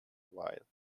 while